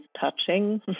touching